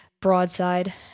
broadside